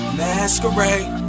masquerade